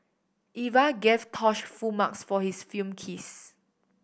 Eva gave Tosh full marks for his film kiss